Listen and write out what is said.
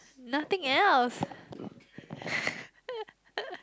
nothing else